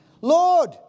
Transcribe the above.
Lord